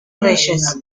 reyes